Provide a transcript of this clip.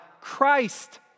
Christ